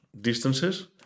distances